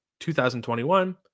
2021